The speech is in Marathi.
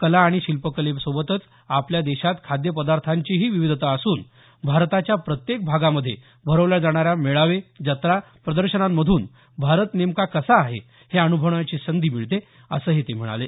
कला आणि शिल्पकलेबरोबरच आपल्या देशात खाद्यपदार्थांचीही विविधता असून भारताच्या प्रत्येक भागामध्ये भरवल्या जाणाऱ्या मेळावे जत्रा प्रदर्शनांमधून भारत नेमका कसा आहे हे अनुभवण्याची संधी मिळते असं ते म्हणाले